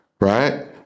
right